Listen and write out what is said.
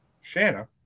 Shanna